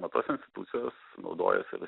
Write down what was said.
na tos institucijos naudojasi